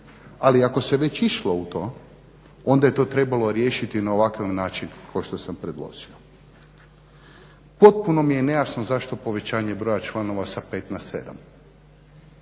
ali ako se već išlo u to, onda je to trebalo riješiti na ovakav način kao što sam predložio. Potpuno mi je nejasno zašto povećanje broja članova sa 5 na 7.